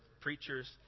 preachers